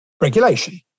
regulation